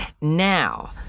Now